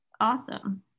Awesome